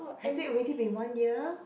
has it ready been one year